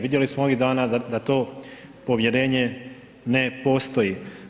Vidjeli smo ovih dana da to povjerenje ne postoji.